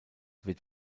wird